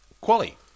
quali